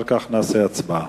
אחר כך נקיים הצבעה.